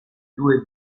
due